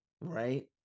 right